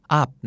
up